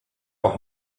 auch